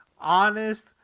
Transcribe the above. honest